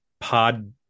pod